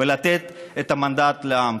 ולתת את המנדט לעם.